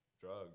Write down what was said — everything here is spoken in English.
drugs